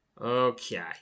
Okay